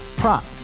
Prop